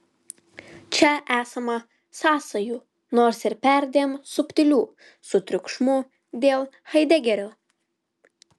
čia esama sąsajų nors ir perdėm subtilių su triukšmu dėl haidegerio